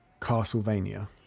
Castlevania